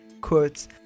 quotes